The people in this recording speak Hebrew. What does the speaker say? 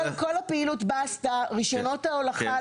כל הפעילות בסטה, רישיונות ההולכה.